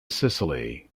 sicily